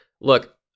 look